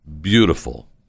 beautiful